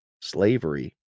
Slavery